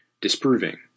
Disproving